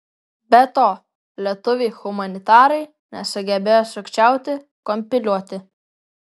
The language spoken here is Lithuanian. be to lietuviai humanitarai nesugebėjo sukčiauti kompiliuoti